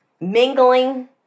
Mingling